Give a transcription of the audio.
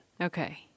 Okay